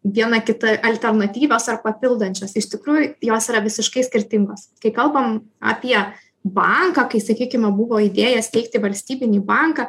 viena kita alternatyvios ar papildančios iš tikrųjų jos yra visiškai skirtingos kai kalbam apie banką kai sakykime buvo idėja steigti valstybinį banką